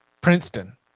Princeton